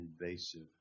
invasive